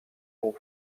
pour